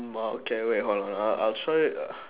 um okay wait hold on ah I'll show it uh